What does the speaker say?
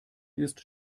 ist